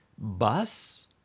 bus